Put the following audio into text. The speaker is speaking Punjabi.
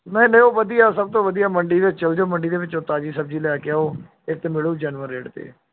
ਨਹੀਂ ਨਹੀਂ ਉਹ ਵਧੀਆ ਸਭ ਤੋਂ ਵਧੀਆ ਮੰਡੀ ਤੇ ਚੱਲ ਜਾਓ ਮੰਡੀ ਦੇ ਵਿੱਚੋਂ ਤਾਜ਼ੀ ਸਬਜ਼ੀ ਲੈ ਕੇ ਆਓ ਇੱਥੇ ਮਿਲੂ ਜੈਨੂਅਨ ਰੇਟ 'ਤੇ